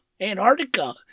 Antarctica